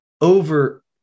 over